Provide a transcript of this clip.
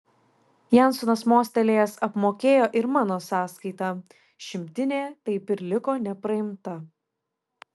jansonas mostelėjęs apmokėjo ir mano sąskaitą šimtinė taip ir liko nepraimta